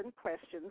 questions